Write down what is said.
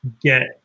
get